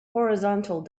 horizontal